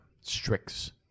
Strix